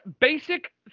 basic